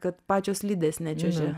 kad pačios slidės nečiuožia